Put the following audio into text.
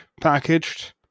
packaged